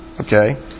Okay